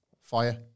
fire